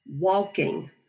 walking